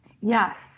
Yes